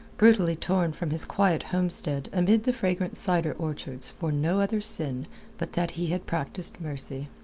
brutally torn from his quiet homestead amid the fragrant cider orchards for no other sin but that he had practised mercy.